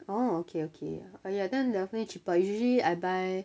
oh okay okay uh ya then definitely cheaper usually I buy